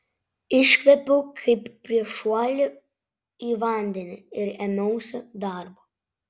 iškvėpiau kaip prieš šuolį į vandenį ir ėmiausi darbo